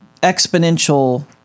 exponential